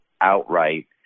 outright